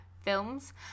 films